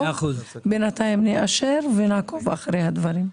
בינתיים נאשר ונעקוב אחרי הדברים.